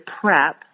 prep